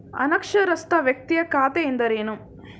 ಅನಕ್ಷರಸ್ಥ ವ್ಯಕ್ತಿಯ ಖಾತೆ ಎಂದರೇನು?